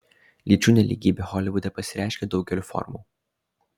lyčių nelygybė holivude pasireiškia daugeliu formų